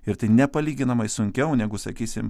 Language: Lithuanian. ir tai nepalyginamai sunkiau negu sakysim